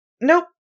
Nope